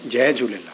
Jay Jhulelal